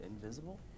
invisible